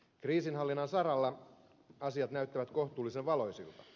kriisinhallinnan saralla asiat näyttävät kohtuullisen valoisilta